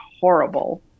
horrible